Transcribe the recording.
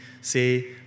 say